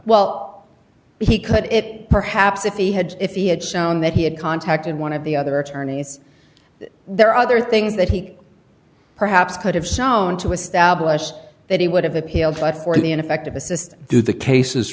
well he could it perhaps if he had if he had shown that he had contacted one of the other attorneys there are other things that he perhaps could have shown to establish that he would have appealed but for the ineffective assistance do the cases